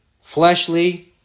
fleshly